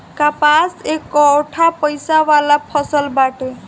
कपास एकठो पइसा वाला फसल बाटे